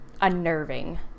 unnerving